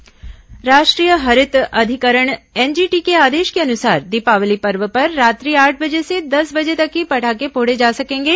NGT फटाखा समय राष्ट्रीय हरित अधिकरण एनजीटी के आदेश के अनुसार दीपावली पर्व पर रात्रि आठ बजे से दस बजे तक ही पटाखे फोड़े जा सकेंगे